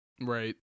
Right